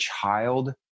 child